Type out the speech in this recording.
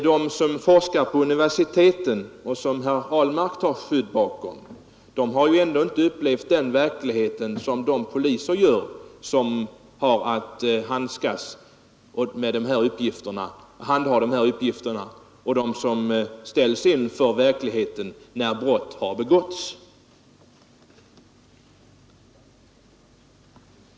De som forskar vid universiteten — och som herr Ahlmark tar skydd bakom — har ju ändå inte upplevt samma verklighet som de poliser vilka har att handlägga de ärenden det här gäller och som ställs inför fakta när brott har begåtts.